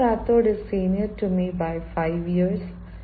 mister Rathod is senior to me by five years